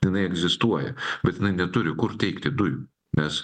jinai egzistuoja bet jinai neturi kur teikti dujų nes